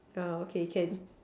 yeah okay can